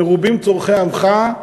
מרובים צורכי עמך.